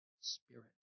spirit